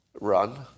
run